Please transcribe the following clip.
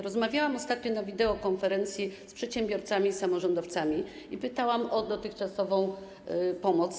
Rozmawiałam ostatnio na wideokonferencji z przedsiębiorcami i samorządowcami i pytałam, jak oceniają dotychczasową pomoc.